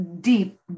deep